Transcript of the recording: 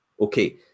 Okay